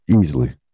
Easily